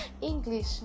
English